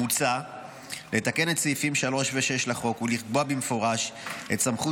מוצע לתקן את סעיפים 3 ו-6 לחוק ולקבוע במפורש את סמכות